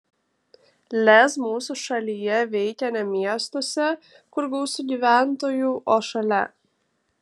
lez mūsų šalyje veikia ne miestuose kur gausu gyventojų o šalia